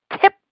Tip